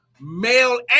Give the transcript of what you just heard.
male